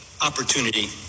opportunity